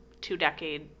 two-decade